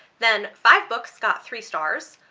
then five books got three stars,